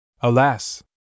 Alas